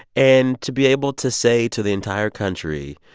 and to be able to say to the entire country,